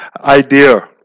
idea